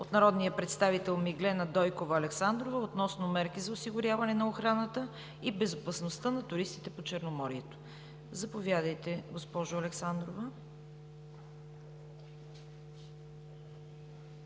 от народния представител Миглена Дойкова Александрова, относно мерки за осигуряване на охраната и безопасността на туристите по Черноморието. Заповядайте, госпожо Александрова!